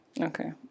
Okay